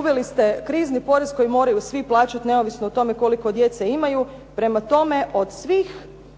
uveli ste krizni porez koji moraju svi plaćati neovisno o tome koliko djece imaju. Prema tome, od svih